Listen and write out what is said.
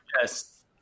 Yes